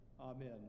Amen